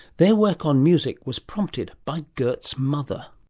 their work on music was prompted by gert's mother.